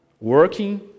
Working